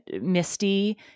Misty